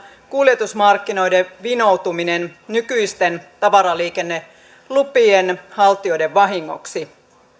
kuljetusmarkkinoiden vinoutuminen nykyisten tavaraliikennelupien haltijoiden vahingoksi